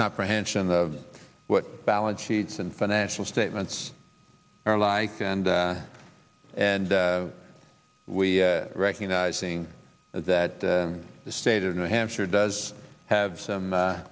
comprehension of what balance sheets and financial statements are like and and we recognizing that the state of new hampshire does have some a